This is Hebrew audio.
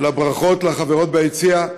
לברכות לחברות ביציע,